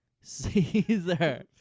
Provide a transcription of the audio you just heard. Caesar